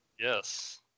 yes